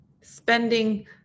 spending